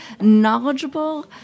knowledgeable